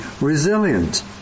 resilient